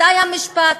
מתי המשפט,